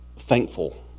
thankful